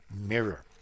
mirror